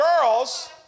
girls